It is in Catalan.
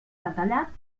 detallat